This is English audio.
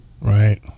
Right